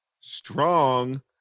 strong